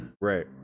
Right